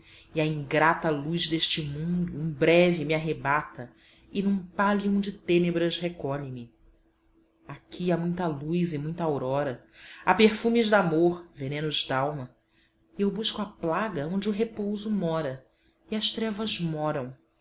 e à ingrata luz deste mundo em breve me arrebata e num pallium de tênebras recolhe me aqui há muita luz e muita aurora há perfumes damor venenos dalma e eu busco a plaga onde o repouso mora e as trevas moram